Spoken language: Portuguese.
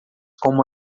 como